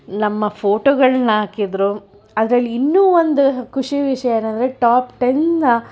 ನಮ್ಮ ಫೋಟೊಗಳನ್ನ ಹಾಕಿದ್ದರು ಅದರಲ್ಲಿ ಇನ್ನೂ ಒಂದು ಖುಷಿ ವಿಷಯ ಏನೆಂದ್ರೆ ಟಾಪ್ ಟೆನ್